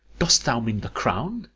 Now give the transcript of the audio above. dost thou mean the crown?